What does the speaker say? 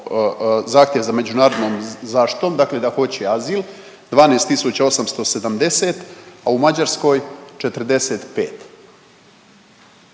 zahtjev za međunarodnom zaštitom, dakle da hoće azil, 12 870, a u Mađarskoj 45.